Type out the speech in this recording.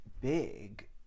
big